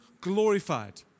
glorified